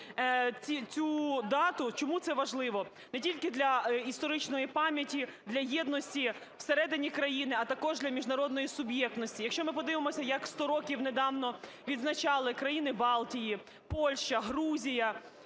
цю дату. Чому це важливо? Не тільки для історичної пам'яті, для єдності всередині країни, а також для міжнародної суб'єктності. Якщо ми подивимося, як 100 років недавно відзначали країни Балтії, Польща, Грузія,